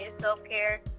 self-care